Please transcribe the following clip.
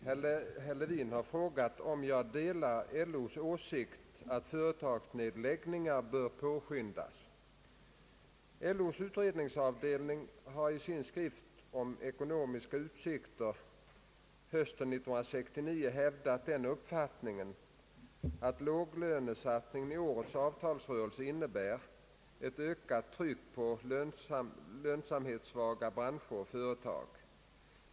Herr talman! Herr Levin har frågat om jag delar LO:s åsikt att företagsnedläggningar bör påskyndas. LO:s utredningsavdelning har i sin skrift om ekonomiska utsikter hösten 1969 hävdat den uppfattningen, att låglönesatsningen i årets avtalsrörelse innebär ett ökat tryck på lönsamhetssvaga branscher och företag.